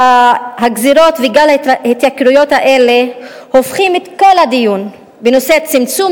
הגזירות וגל ההתייקרויות האלה הופכים את כל הדיון בנושא צמצום